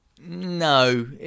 No